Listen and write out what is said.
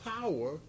power